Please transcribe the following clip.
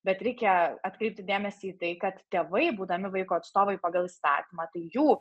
bet reikia atkreipti dėmesį į tai kad tėvai būdami vaiko atstovai pagal įstatymą tai jų